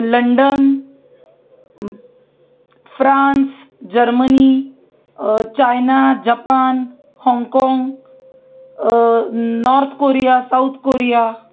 London France Germany China Japan Hong Kong North Korea South Korea